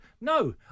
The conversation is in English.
no